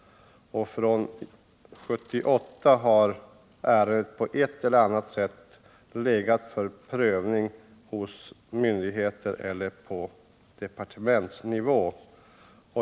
Från 1978 har ärendet på ett eller annat sätt legat för prövning hos myndigheter eller på departementsnivå.